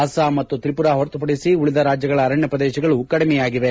ಅಸ್ಲಾಂ ಮತ್ತು ತ್ರಿಮರಾ ಹೊರತುಪಡಿಸಿ ಉಳಿದ ರಾಜ್ವಗಳ ಅರಣ್ಯ ಪ್ರದೇಶಗಳು ಕಡಿಮೆಯಾಗಿವೆ